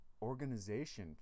organization